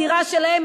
דירה שלהם,